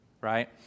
right